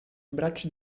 bracci